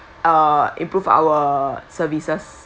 uh improve our services